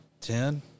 Ten